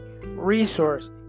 resource